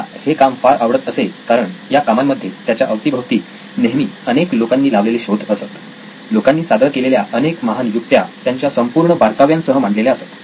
त्याला हे काम फार आवडत असे कारण या कामांमध्ये त्याच्या अवतीभवती नेहमी अनेक लोकांनी लावलेले शोध असत लोकांनी सादर केलेल्या अनेक महान युक्त्या त्यांच्या संपूर्ण बारकाव्यांसह मांडलेल्या असत